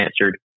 answered